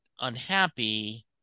unhappy